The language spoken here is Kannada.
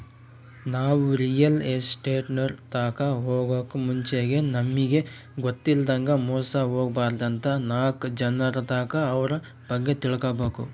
ನಾವು ರಿಯಲ್ ಎಸ್ಟೇಟ್ನೋರ್ ತಾಕ ಹೊಗಾಕ್ ಮುಂಚೆಗೆ ನಮಿಗ್ ಗೊತ್ತಿಲ್ಲದಂಗ ಮೋಸ ಹೊಬಾರ್ದಂತ ನಾಕ್ ಜನರ್ತಾಕ ಅವ್ರ ಬಗ್ಗೆ ತಿಳ್ಕಬಕು